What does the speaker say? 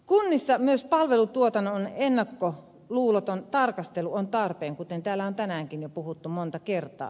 kunnissa myös palvelutuotannon ennakkoluuloton tarkastelu on tarpeen kuten täällä on tänäänkin jo puhuttu monta kertaa